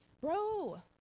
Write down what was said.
bro